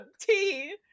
tea